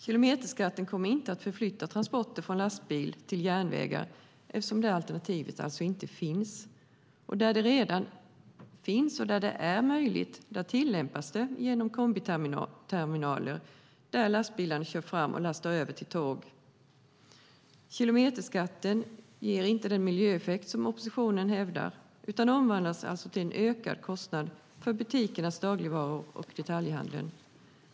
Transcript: Kilometerskatten kommer inte att flytta transporter från lastbil till järnvägar eftersom detta alternativ alltså inte finns. Där det redan finns och där det är möjligt tillämpas det genom kombiterminaler, där lastbilarna kör fram och lastar över till tåg. Kilometerskatten ger inte den miljöeffekt oppositionen hävdar utan omvandlas alltså till en ökad kostnad för butikernas dagligvaror och detaljhandeln.